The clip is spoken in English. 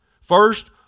First